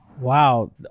wow